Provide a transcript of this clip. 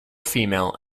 female